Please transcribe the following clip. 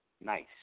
nice